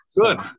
Good